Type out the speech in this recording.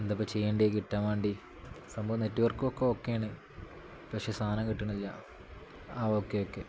എന്താണ് ഇപ്പം ചെയ്യേണ്ടി കിട്ടാൻ വേണ്ടി സംഭവം നെറ്റ്വർക്ക ഒക്കെ ഓക്കെ ആണ് പക്ഷേ സാധനം കിട്ടണില്ല ആ ഓക്കെ ഓക്കെ